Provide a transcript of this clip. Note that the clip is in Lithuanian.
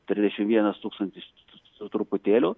trisdešim vienas tūkstantis su truputėliu